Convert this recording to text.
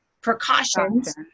precautions